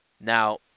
Now